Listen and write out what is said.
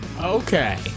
Okay